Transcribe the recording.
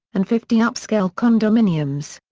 and fifty upscale condominiums.